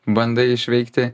bandai išveikti